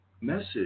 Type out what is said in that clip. message